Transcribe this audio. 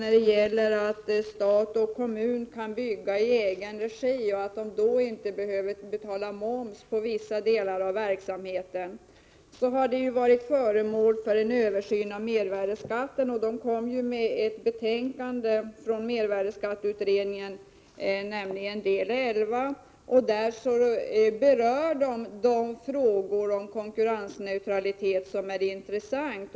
När stat och kommun väljer att bygga i egen regi har det förhållandet att man inte behöver betala moms på vissa delar av verksamheten redan varit föremål för en översyn. Mervärdeskatteutredningen har kommit med ett betänkande, nämligen del XI, där man berör de frågor om konkurrensneutralitet som är intressanta.